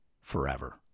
forever